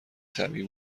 طبیعی